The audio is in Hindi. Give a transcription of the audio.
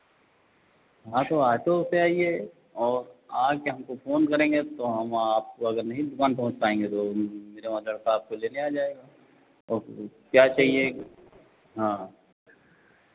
हाँ तो ऑटो से आइए और आके हमको फोन करेंगे तो हम आपको अगर नहीं दुकान पहुँच पाएंगे तो मेरे आपको कोई लेने आ जाएगा और कुछ क्या चाहिए हाँ